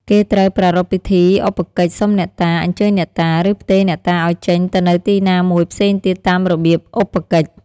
គេត្រូវប្រារព្ធពិធីឧបកិច្ច សុំអ្នកតា អញ្ជើញអ្នកតា ឬផ្ទេរអ្នកតាឱ្យចេញទៅនៅទីណាមួយផ្សេងទៀតតាមរបៀបឧបកិច្ច។